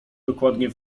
dokładnie